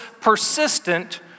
persistent